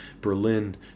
Berlin